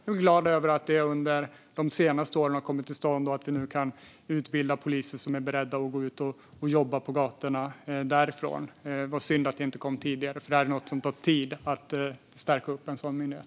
Jag är glad att en sådan under de senaste åren har kommit till stånd och att vi nu kan utbilda poliser som är beredda att gå ut och jobba på gatorna. Det var synd att det inte kom tidigare, för det tar tid att stärka upp en sådan myndighet.